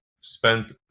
spent